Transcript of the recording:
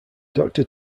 doctor